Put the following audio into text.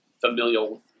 familial